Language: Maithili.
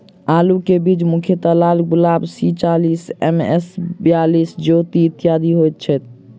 आलु केँ बीज मुख्यतः लालगुलाब, सी चालीस, एम.एस बयालिस, ज्योति, इत्यादि होए छैथ?